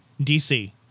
DC